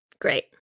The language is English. Great